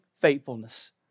faithfulness